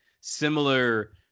similar